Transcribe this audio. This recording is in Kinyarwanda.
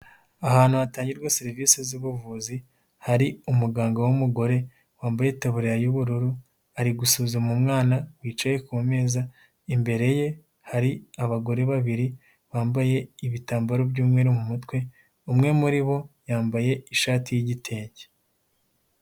Ahantu hatangirwa serivisi z'ubuvuzi hari umuganga w'umugore wambaye itaburiya y'ubururu ari gusuzuma umwana wicaye kumeza imbere ye hari abagore babiri bambaye ibitambaro by'umweru mu mutwe, umwe muri bo yambaye ishati y'igitenge.